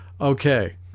Okay